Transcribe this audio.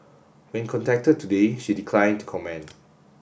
when contacted today she declined to comment